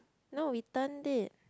no we turned it